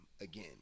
again